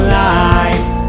life